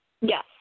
Yes